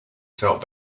felt